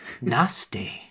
Nasty